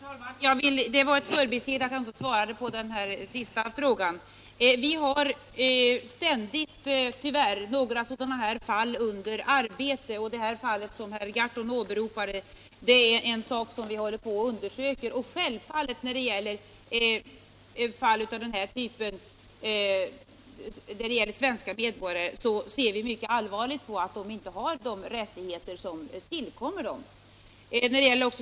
Herr talman! Det var ett förbiseende att jag inte svarade på den sista frågan. Vi har tyvärr ständigt några sådana fall av diskriminering under arbete, och det fall som herr Gahrton åberopade håller vi på att undersöka. Självfallet ser vi mycket allvarligt på att svenska medborgare inte får de rättigheter som här tillkommer dem.